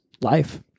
life